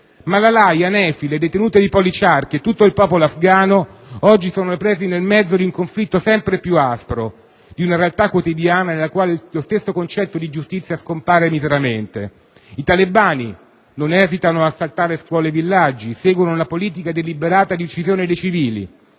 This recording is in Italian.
Malalai, Hanefi, le detenute di Pol-i-Chark e tutto il popolo afghano oggi sono presi nel mezzo di un conflitto sempre più aspro, di una realtà quotidiana nella quale lo stesso concetto di giustizia scompare miseramente. Da una parte, i talebani non esitano ad assaltare scuole e villaggi e seguono una politica deliberata di uccisione di civili.